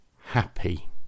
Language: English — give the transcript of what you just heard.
happy